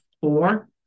four